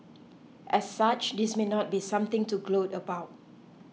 as such this may not be something to gloat about